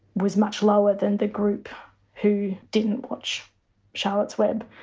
was much lower than the group who didn't watch charlotte's web.